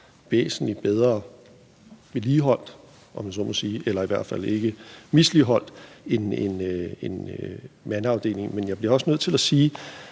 jeg så må sige, eller i hvert fald ikke er misligholdt som mandeafdelingen. Men jeg bliver også nødt til at sige,